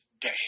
day